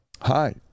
Hi